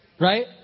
Right